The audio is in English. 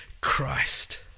Christ